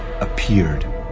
appeared